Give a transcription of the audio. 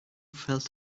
felt